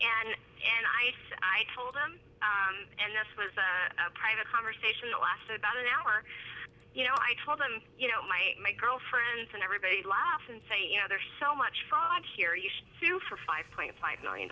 and and i i told him and this was a private conversation lasted about an hour you know i told him you know my my girlfriends and everybody laugh and say you know there's so much fog here you should feel for five point five million